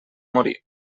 morir